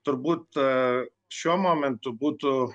turbūt šiuo momentu būtų